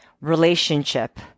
relationship